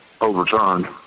overturned